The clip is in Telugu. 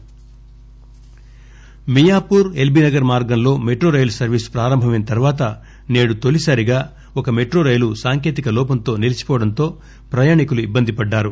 డెస్క్ మెట్రో మియాపూర్ ఎల్బినగర్ మార్గం లో మెట్రో రైలు సర్వీసు ప్రారంభమైన తరువాత నేడు తొలిసారిగా ఒక మెట్రో రైలు సాంకేతిక లోపంతో నిలిచిపోవడం తో ప్రయాణికులు ఇబ్బందిపడ్డారు